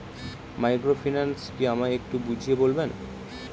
Microfinance কি আমায় একটু বুঝিয়ে বলবেন?